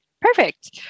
Perfect